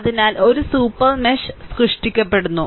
അതിനാൽ ഒരു super mesh സൃഷ്ടിക്കപ്പെടുന്നു